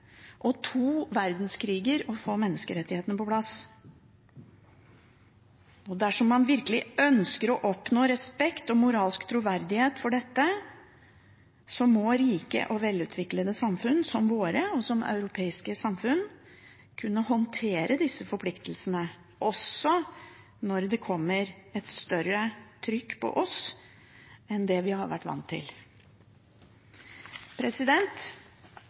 og to verdenskriger å få menneskerettighetene på plass. Dersom man virkelig ønsker å oppnå respekt og moralsk troverdighet for dette, må rike og velutviklede samfunn som våre europeiske samfunn kunne håndtere disse forpliktelsene også når det kommer et større trykk på oss enn det vi har vært vant til.